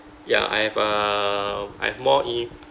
ya I have uh I have more in